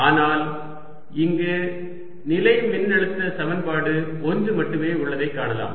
ஆனால் இங்கு நிலை மின்னழுத்த சமன்பாடு ஒன்று மட்டுமே உள்ளதை காணலாம்